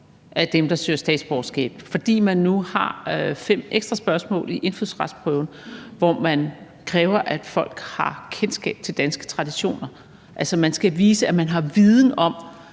af dem, der søger statsborgerskab, fordi man nu har fem ekstra spørgsmål i indfødsretsprøven, hvor man kræver, at folk har kendskab til danske traditioner. Altså, man skal vise, at man har viden om,